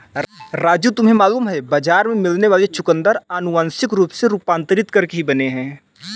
राजू तुम्हें मालूम है बाजार में मिलने वाले चुकंदर अनुवांशिक रूप से रूपांतरित करके ही बने हैं